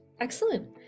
excellent